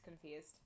confused